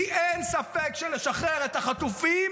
כי אין ספק שכדי לשחרר את החטופים